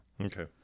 Okay